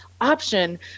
option